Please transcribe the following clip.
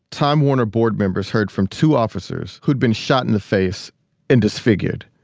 time warner board members heard from two officers who'd been shot in the face and disfigured.